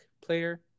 player